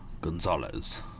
Gonzalez